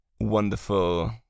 wonderful